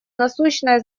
насущное